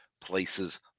places